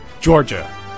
Georgia